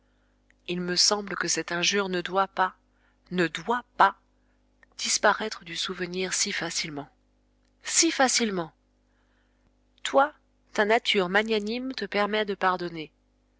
il me semble que cette injure ne doit pas ne doit pas disparaître du souvenir si facilement si facilement toi ta nature magnanime te permet de pardonner